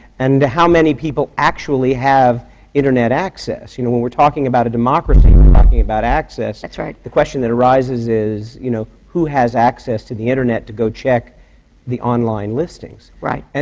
and how many people actually have internet access? you know, when we're talking about a democracy, we're talking about access that's right. the question that arises is, you know, who has access to the internet to go check the online listings? right.